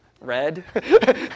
Red